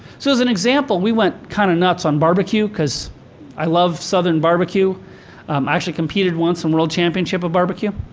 so as an example, we went kind of nuts on barbecue cause i love southern barbecue. i um actually competed once in world championship of barbecue.